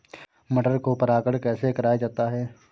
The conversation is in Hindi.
मटर को परागण कैसे कराया जाता है?